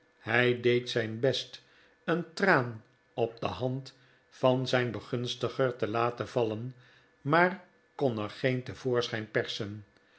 hij deed zijn best een traan op de hand van zijn begunstiger te laten vallen maar kon er geen te voorschijn persen